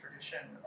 tradition